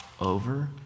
over